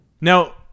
Now